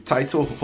Title